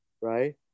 right